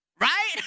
right